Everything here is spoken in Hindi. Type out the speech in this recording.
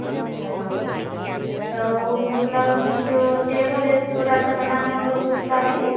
अच्छा तो मतलब कि जो टेबल एक छोटा सा बनाना होगा तो उसका भी